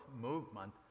movement